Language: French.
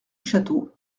château